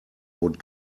would